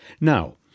Now